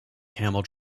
camel